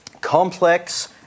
complex